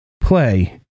play